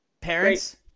Parents